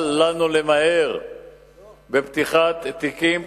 אל לנו למהר בפתיחת תיקים פליליים,